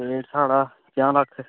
rate साढ़ा प'ञां लक्ख